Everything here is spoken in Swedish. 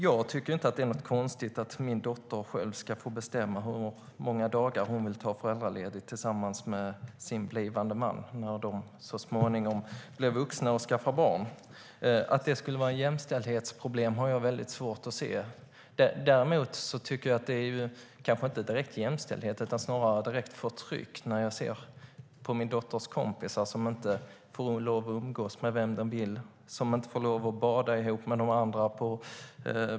Jag tycker inte att det är något konstigt att min dotter själv ska få bestämma hur många dagar hon vill ta föräldraledigt tillsammans med sin blivande man när de så småningom blir vuxna och skaffar barn. Att det skulle vara ett jämställdhetsproblem har jag svårt att se. Däremot tycker jag att det kanske inte är direkt jämställdhet utan snarare direkt förtryck när jag ser på min dotters kompisar som inte får lov att umgås med vem de vill och som inte får lov att bada ihop med de andra.